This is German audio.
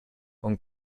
und